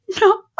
No